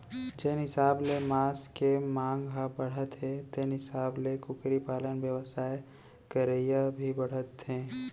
जेन हिसाब ले मांस के मांग ह बाढ़त हे तेन हिसाब ले कुकरी पालन बेवसाय करइया भी बाढ़त हें